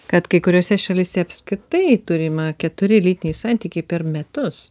kad kai kuriose šalyse apskritai turima keturi lytiniai santykiai per metus